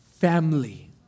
family